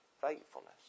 faithfulness